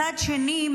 מצד שני,